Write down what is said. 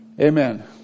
Amen